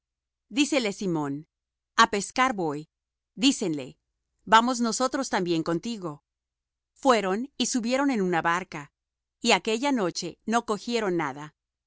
díceles simón a pescar voy dícenle vamos nosotros también contigo fueron y subieron en una barca y aquella noche no cogieron nada